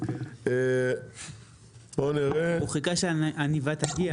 הוא חיכה --- תגיע.